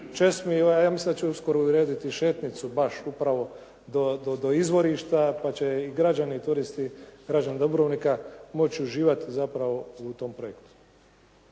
česmi. I ja mislim da će uskoro urediti šetnicu baš upravo do izvorišta pa će i građani i turisti, građani Dubrovnika moći uživati zapravo u tom projektu.